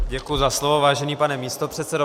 Děkuji za slovo, vážený pane místopředsedo.